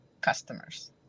customers